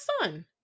son